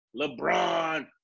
LeBron